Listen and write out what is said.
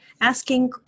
asking